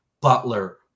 Butler